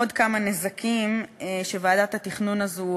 עוד כמה נזקים שוועדת התכנון הזו,